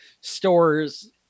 stores